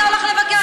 לך לבקר אצל ברגותי.